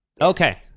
Okay